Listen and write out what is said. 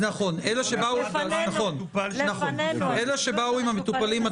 נכון, אלה שבאו למטופלים.